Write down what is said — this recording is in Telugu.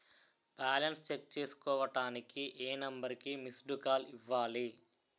బాలన్స్ చెక్ చేసుకోవటానికి ఏ నంబర్ కి మిస్డ్ కాల్ ఇవ్వాలి?